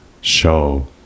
show